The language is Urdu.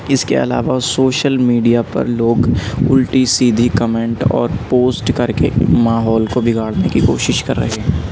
اس کے علاوہ سوشل میڈیا پر لوگ الٹی سیدھی کمنٹ اور پوسٹ کر کے ماحول کو بگاڑنے کی کوشش کر رہے ہیں